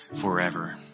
forever